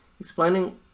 explaining